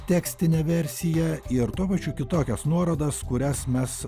tekstinę versiją ir tuo pačiu kitokias nuorodas kurias mes